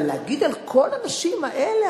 אבל להגיד על כל הנשים האלה,